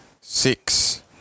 six